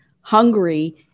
hungry